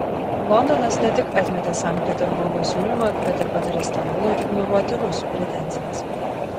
londonas ne tik atmetė sankt peterburgo siūlymą bet ir patarė stambului ignoruoti rusų pretenzijas